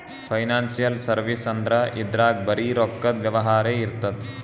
financial service ಅಂದ್ರ ಇದ್ರಾಗ್ ಬರೀ ರೊಕ್ಕದ್ ವ್ಯವಹಾರೇ ಇರ್ತದ್